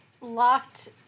locked